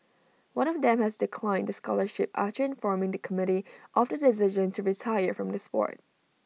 one of them has declined the scholarship at informing the committee of the decision to retire from the Sport